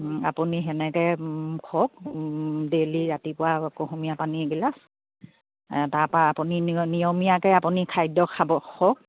আপুনি সেনেকে কওক ডেইলী ৰাতিপুৱা কুহুমীয়া পানী এগিলাচ তাৰপা আপুনি নিয়মীয়াকে আপুনি খাদ্য খাব খওক